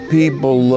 people